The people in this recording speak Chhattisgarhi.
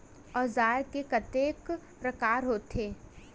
औजार के कतेक प्रकार होथे?